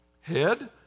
Head